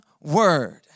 word